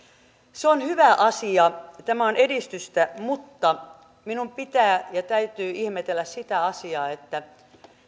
se on hyvä asia tämä on edistystä mutta minun pitää ja täytyy ihmetellä sitä asiaa että